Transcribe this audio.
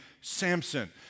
Samson